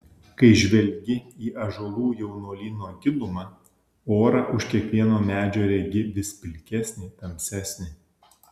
kai žvelgi į ąžuolų jaunuolyno gilumą orą už kiekvieno medžio regi vis pilkesnį tamsesnį